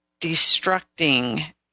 destructing